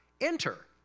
enter